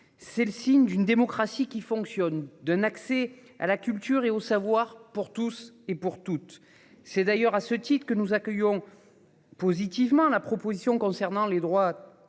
est le signe d'une démocratie qui fonctionne, d'un accès à la culture et au savoir pour tous et toutes. C'est à ce titre que nous accueillons positivement la proposition concernant les droits